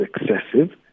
excessive